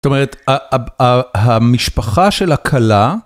זאת אומרת, המשפחה של הכלה...